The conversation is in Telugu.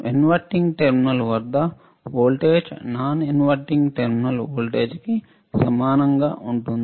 విలోమ టెర్మినల్ వద్ద voltage non inverting terminal voltage కి సమానంగా ఉంటుంది